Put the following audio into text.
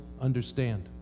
understand